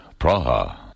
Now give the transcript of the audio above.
Praha